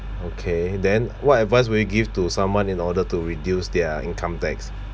okay then what advice would you give to someone in order to reduce their income tax